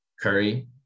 Curry